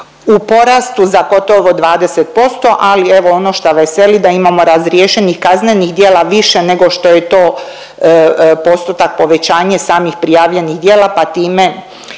u porastu za gotovo 20% ali evo ono šta veseli da imamo razriješenih kaznenih djela više nego što je to postotak povećanje samih prijavljenih djela pa time